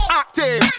active